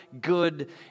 good